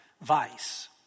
vice